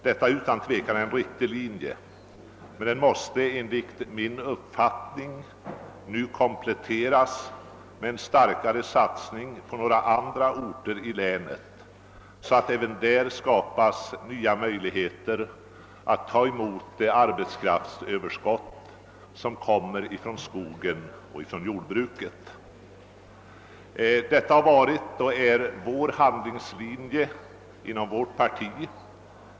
Detta är utan tvekan en riktig linje, men den måste enligt min uppfattning nu kompletteras med en större satsning på några andra orter i länet så att det även där skapas nya möjligheter att ta emot det arbetskraftsöverskott som kommer från skogen och från jordbruket. Detta har varit och är handlingslinjen inom vårt parti.